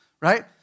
right